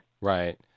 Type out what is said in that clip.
Right